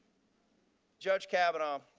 judge kavanaugh,